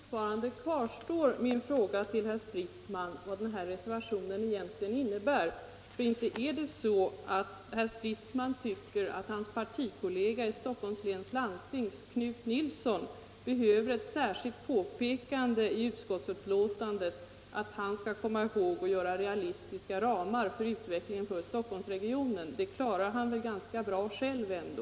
Fru talman! Fortfarande kvarstår min fråga till herr Stridsman vad den här reservationen egentligen innebär. För inte är det så att herr Stridsman tycker att hans partikollega i Stockholms läns landsting, Knut Nilsson, behöver ett särskilt påpekande i utskottsbetänkandet att han skall komma ihåg att göra upp realistiska ramar för utvecklingen inom Stockholmsregionen? Det klarar han väl ganska bra själv ändå.